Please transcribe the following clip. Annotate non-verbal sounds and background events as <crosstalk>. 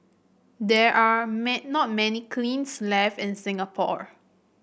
there are <unintelligible> not many kilns left in Singapore